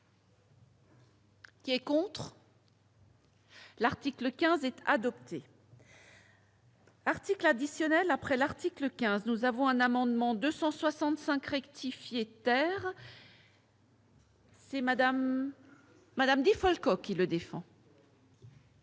qui est pour. L'article 15 être adopté. Article additionnel après l'article 15 nous avons un amendement 265 rectifier terre. C'est Madame Madame Di Folco qui le défend.